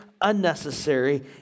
unnecessary